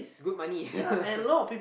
it's good money